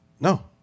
No